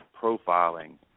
Profiling